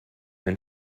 ein